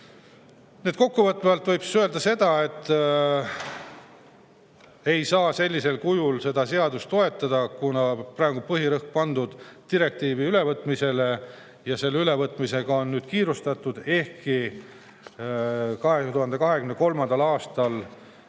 Kokkuvõtvalt võib öelda, et me saa sellisel kujul seda eelnõu toetada, kuna praegu on põhirõhk pandud direktiivi ülevõtmisele. Ja selle ülevõtmisega on nüüd kiirustatud, ehkki [juba] 2023. aastal